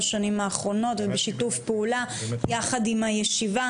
שנים האחרונות ובשיתוף פעולה יחד עם הישיבה,